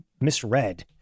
misread